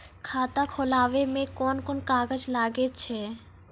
खाता खोलावै मे कोन कोन कागज लागै छै?